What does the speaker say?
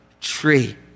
tree